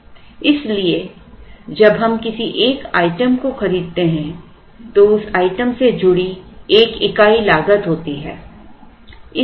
इसलिए जब हम किसी एक आइटम को खरीदते हैं तो उस आइटम से जुड़ी एक इकाई लागत होती है